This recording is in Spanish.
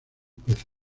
peces